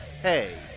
hey